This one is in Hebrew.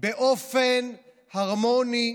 באופן הרמוני.